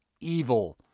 evil